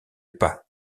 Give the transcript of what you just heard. pas